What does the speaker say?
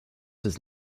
does